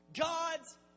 God's